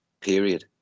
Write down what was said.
period